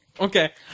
Okay